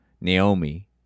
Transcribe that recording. Naomi